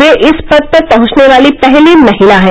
वे इस पद पर पहुंचने वाली पहली महिला हैं